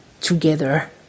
together